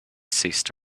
ceased